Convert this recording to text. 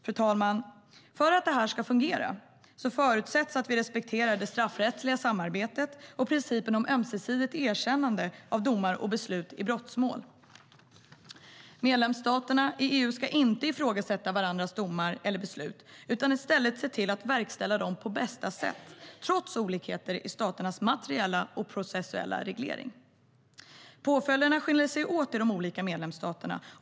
Fru talman! För att detta ska fungera förutsätts att vi respekterar det straffrättsliga samarbetet och principen om ömsesidigt erkännande av domar och beslut i brottsmål. Medlemsstaterna i EU ska inte ifrågasätta varandras domar eller beslut utan i stället se till att verkställa dem på bästa sätt, trots olikheter i staternas materiella och processuella reglering. Påföljderna skiljer sig åt i de olika medlemsstaterna.